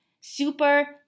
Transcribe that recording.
super